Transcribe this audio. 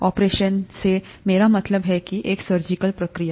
operation से मेरा मतलब है एक सर्जिकल प्रक्रिया